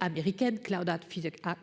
américaine date quatre